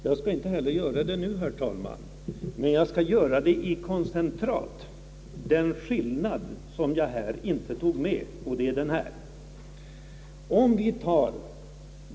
Jag skall nu i koncentrat ta med det som jag förut inte sade.